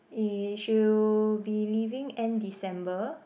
he should be leaving end December